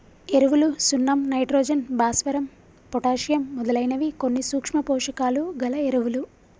ఎరువులు సున్నం నైట్రోజన్, భాస్వరం, పొటాషియమ్ మొదలైనవి కొన్ని సూక్ష్మ పోషకాలు గల ఎరువులు